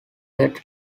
that